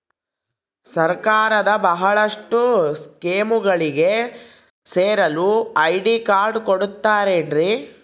ಸರ್ಕಾರದ ಬಹಳಷ್ಟು ಸ್ಕೇಮುಗಳಿಗೆ ಸೇರಲು ಐ.ಡಿ ಕಾರ್ಡ್ ಕೊಡುತ್ತಾರೇನ್ರಿ?